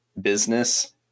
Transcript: business